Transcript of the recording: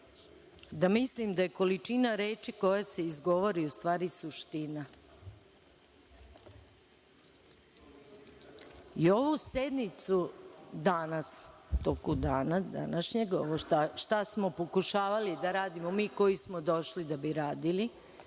da mislim da je količina reči koja se izgovori u stvari suština. Ovu sednicu danas, u toku dana današnjeg ovo šta smo pokušavali da radimo mi koji smo došli da bi radili,